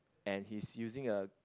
and he's using a